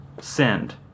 Send